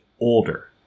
older